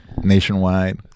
nationwide